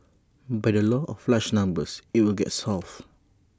by the law of large numbers IT will get solved